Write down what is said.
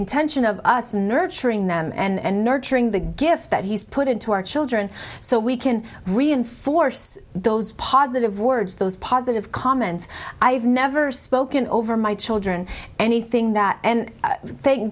intention of us nurturing them and nurturing the gift that he's put into our children so we can reinforce those positive words those positive comments i've never spoken over my children anything that and thank